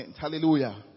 Hallelujah